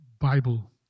Bible